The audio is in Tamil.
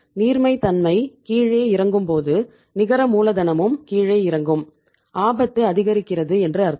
நீர்மைத்தன்மை கீழே இறங்கும் பொது நிகர மூலதனமும் கீழே இறங்கும் ஆபத்து அதிகரிக்கிறது என்று அர்த்தம்